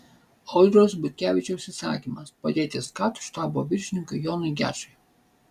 audriaus butkevičiaus įsakymas padėti skat štabo viršininkui jonui gečui